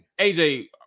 aj